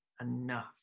enough